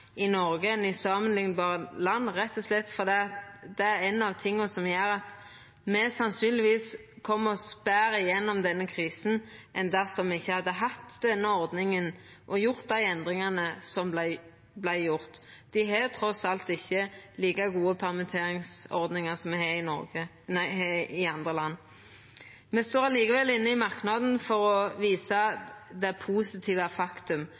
i Noreg enn i samanliknbare land, rett og slett fordi det er ein av dei tinga som gjer at me sannsynlegvis kjem oss betre gjennom denne krisa enn dersom me ikkje hadde hatt denne ordninga og gjort dei endringane som vart gjorde. Dei har trass alt ikkje like gode permitteringsordningar som me har i Noreg, i andre land. Me står likevel inne i merknaden for å visa det positive faktum